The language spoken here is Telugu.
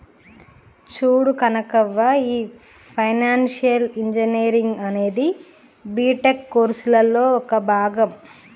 చూడు కనకవ్వ, ఈ ఫైనాన్షియల్ ఇంజనీరింగ్ అనేది బీటెక్ కోర్సులలో ఒక భాగం